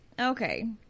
Okay